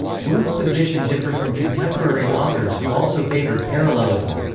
wundt's position differed from contemporary authors who also favoured parallelism.